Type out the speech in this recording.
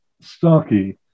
Starkey